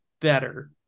better